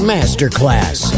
Masterclass